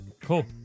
cool